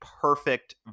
perfect